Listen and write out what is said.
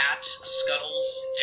scuttles